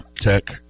Tech